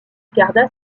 garda